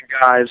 guys